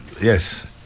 yes